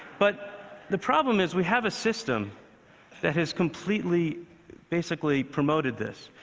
but the problem is, we have a system that is completely basically promoted this.